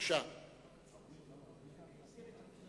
אדוני היושב-ראש,